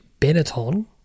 Benetton